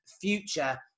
future